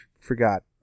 forgot